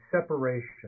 separation